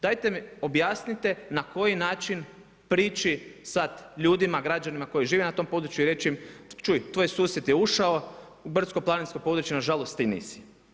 Dajte mi objasnite na koji način priči sad ljudima, građanima koji žive na tom području i reći im čuj tvoj susjed je ušao u brdsko-planinsko područje, nažalost ti nisi.